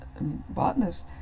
botanists